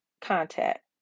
contact